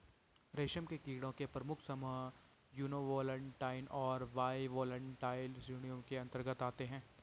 रेशम के कीड़ों के प्रमुख समूह यूनिवोल्टाइन और बाइवोल्टाइन श्रेणियों के अंतर्गत आते हैं